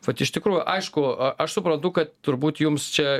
vat iš tikrųjų aišku aš suprantu kad turbūt jums čia